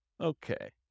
Okay